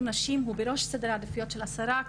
נשים הוא בראש סדר העדיפויות של השרה.